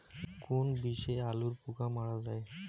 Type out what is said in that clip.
কোন বিষে আলুর পোকা মারা যায়?